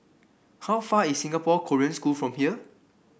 how far is Singapore Korean School from here